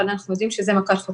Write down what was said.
אבל אנחנו יודעים שזה חתונה.